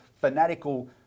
fanatical